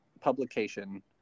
publication